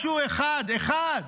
משהו אחד, אחד.